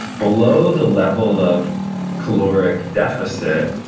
below the level of caloric deficit,